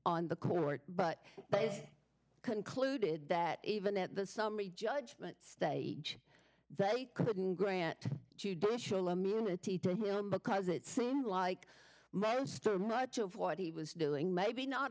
on the court but they concluded that even at the summary judgment stage that it couldn't grant judicial immunity to him because it seemed like monster much of what he was doing maybe not